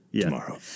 tomorrow